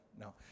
No